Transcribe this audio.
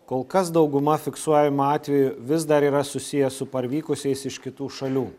kol kas dauguma fiksuojamų atvejų vis dar yra susiję su parvykusiais iš kitų šalių